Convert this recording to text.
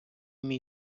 мій